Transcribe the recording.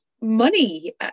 money